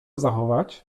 zachować